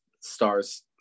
stars